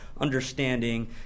understanding